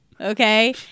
Okay